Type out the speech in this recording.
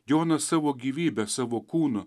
jonas savo gyvybe savo kūnu